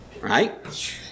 right